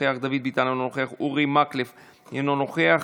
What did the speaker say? אינו נוכח,